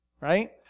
right